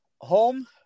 home